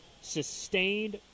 sustained